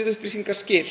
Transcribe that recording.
við upplýsingaskil.